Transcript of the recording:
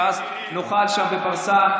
ואז נוכל שם בפרסה,